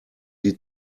die